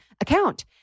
account